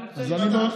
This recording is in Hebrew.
אני רוצה לשמוע.